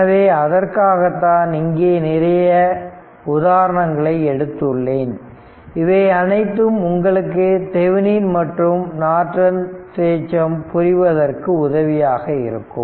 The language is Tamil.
எனவே அதற்காகத்தான் இங்கே நிறைய உதாரணங்களை எடுத்துள்ளேன் இவை அனைத்தும் உங்களுக்கு தெவனின் மற்றும் நார்டன் தேற்றம் புரிவதற்கு உதவியாக இருக்கும்